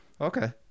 okay